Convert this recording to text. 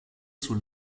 zur